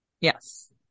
Yes